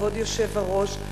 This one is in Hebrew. כבוד היושב-ראש,